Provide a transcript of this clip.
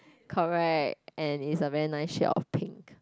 correct and it's a very nice shell pink